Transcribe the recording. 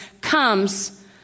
comes